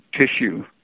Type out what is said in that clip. tissue